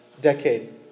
decade